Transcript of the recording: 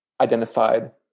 identified